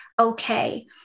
okay